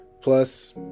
Plus